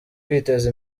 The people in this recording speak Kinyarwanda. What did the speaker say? kwiteza